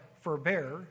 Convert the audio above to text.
forbear